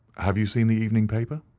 have you seen the evening paper?